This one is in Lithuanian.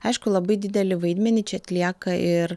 aišku labai didelį vaidmenį čia atlieka ir